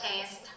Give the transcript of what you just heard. taste